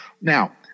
Now